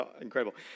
incredible